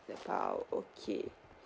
nepal okay